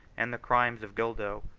and the crimes of gildo,